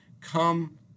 come